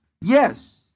Yes